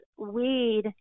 weed